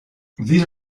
these